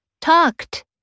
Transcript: Talked